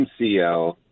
MCL